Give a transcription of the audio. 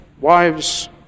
Wives